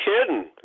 kidding